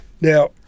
Now